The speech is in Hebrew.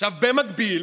עכשיו, במקביל,